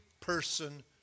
person